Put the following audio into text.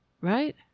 Right